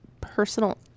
personal